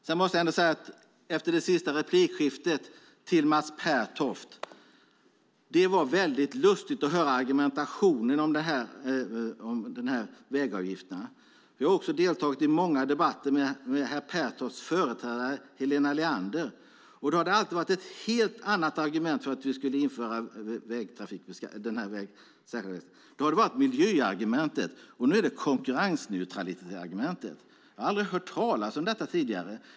Efter det senaste replikskiftet måste jag säga till Mats Pertoft att det var väldigt lustigt att höra argumentationen för vägslitageavgifterna. Jag har också deltagit i många debatter med herr Pertofts företrädare Helena Leander. Då har det alltid varit ett helt annat argument för att vi skulle införa lastbilsskatten, nämligen miljöargumentet. Nu är argumentet konkurrensneutralitet. Jag har aldrig hört talas om detta tidigare.